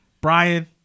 brian